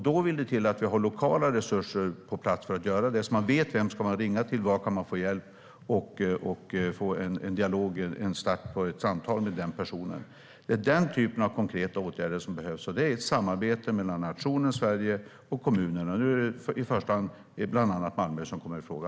Då vill det till att vi har lokala resurser på plats för att göra det, så att man vet vem man ska ringa till, var man kan få hjälp och få en dialog och en start på ett samtal med den personen. Det är denna typ av konkreta åtgärder som behövs. Det är ett samarbete mellan nationen Sverige och kommunerna. Bland andra kommer Malmö i fråga.